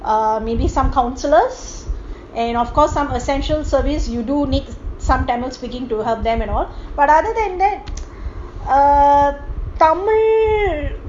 um maybe some counsellors and of course some essential service you do need some tamil speaking to help them at all but other than that ugh tamil